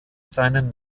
seinen